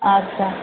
اچھا